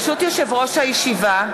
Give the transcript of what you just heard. ברשות יושב-ראש הישיבה,